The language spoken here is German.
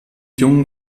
jungen